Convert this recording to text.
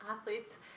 athletes